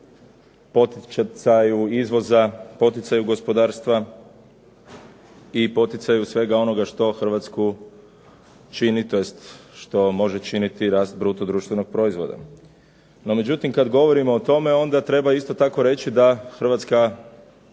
poticaju izvoza, poticaju gospodarstva i poticaju svega onoga što Hrvatsku čini, tj. što može činiti rast bruto društvenog proizvoda. No međutim kad govorimo o tome onda treba isto tako reći da hrvatska